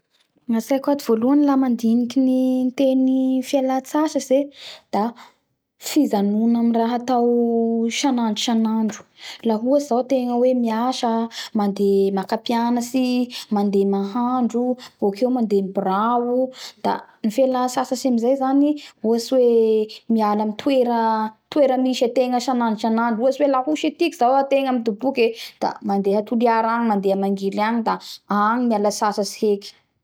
Gnatsaiko ato voalohany la mandiniky ny teny fialatsasatsy da fijanona amy raha atao sanandro sanandro la ohatsy zao ategna hoe miasa mandeha maka pianatsy maneha mahandro bokeo mandeeha amy birao da ny felatsasatsy amy zany hoe miala amy toera toera misy ategna sanandro sanandro ohatsy hoe la ihosy aty zao tegna mitoboky e da mandeh toliara agny mandeha mangily agny da agny miala sasatsy